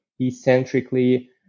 eccentrically